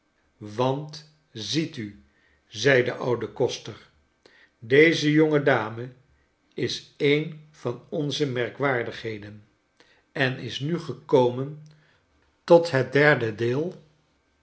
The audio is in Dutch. want ziet u zei de oude koster deze jonge dame is een van onze merkwaardigheden en is nu gekomen tot het derde deel